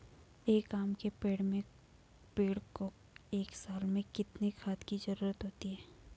एक आम के पेड़ को एक साल में कितने खाद की जरूरत होती है?